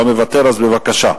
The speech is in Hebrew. לא מוותר, אז בבקשה.